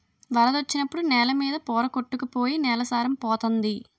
వరదొచ్చినప్పుడు నేల మీద పోర కొట్టుకు పోయి నేల సారం పోతంది